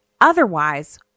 Otherwise